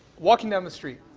walking down the street.